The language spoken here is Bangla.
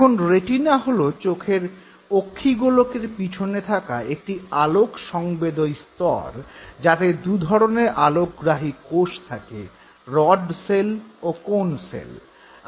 এখন রেটিনা হল চোখের অক্ষিগোলকের পিছনে থাকা একটি আলোক সংবেদী স্তর যাতে দু'ধরণের আলোকগ্রাহী কোষ থাকে - রড সেল ও কোণ সেল